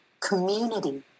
community